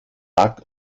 bug